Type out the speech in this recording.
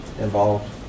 involved